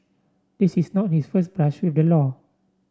this is not his first brush with the law